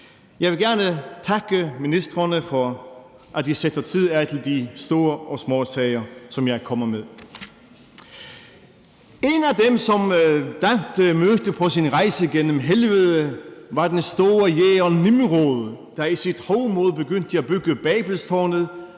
Jeg vil gerne takke ministrene for, at de sætter tid af til de store og små sager, som jeg kommer med. En af dem, som Dante mødte på sin rejse gennem Helvede, var den store jæger Nimrod, der i sit hovmod begyndte at bygge Babelstårnet,